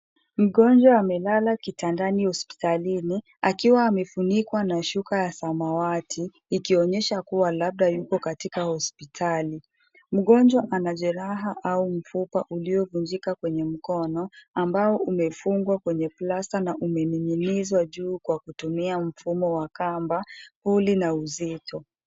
Mgonjwa amelala kitandani hospitalini akiwa amefunikwa na shuka ya samawati ikionyesha kwamba labda yuko katika hospitali. Mgonjwa ana jeraha au mfupa uliovunjika kwenye mkono ambao umefungwa kwenye llasta na umening'inizwa juu Kwa kutumia Mfumo wa kamba, uli na uzito.